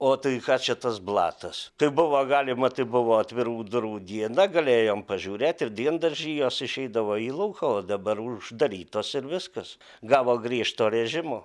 o tai ką čia tas blatas tai buvo galima tai buvo atvirų durų diena galėjom pažiūrėt ir diendaržy jos išeidavo į lauką o dabar uždarytos ir viskas gavo griežto režimo